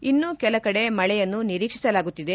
ಇನ್ನೂ ಕೆಲ ಕಡೆ ಮಳೆಯನ್ನು ನಿರೀಕ್ಷಿಸಲಾಗುತ್ತಿದೆ